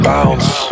bounce